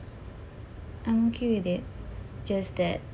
I'm okay with it just that